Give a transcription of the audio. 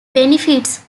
benefits